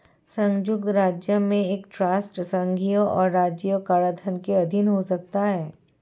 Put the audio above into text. संयुक्त राज्य में एक ट्रस्ट संघीय और राज्य कराधान के अधीन हो सकता है